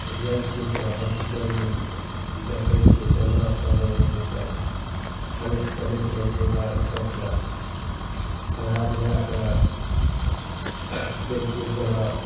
जाए छिए तऽ हॉसपिटलमे तऽ देखै छिए नर्स सभ रहै छै तऽ फ्रेश करैत रहै छै बा सभकेँ नहै धुएके तेल कूड़ देलक